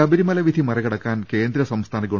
ശബരിമല വിധി മറികടക്കാൻ കേന്ദ്ര സംസ്ഥാന ഗവ